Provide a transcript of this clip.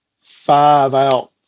five-out